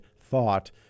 thought